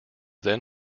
then